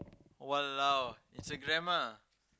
!walao! Instagram ah